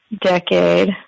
decade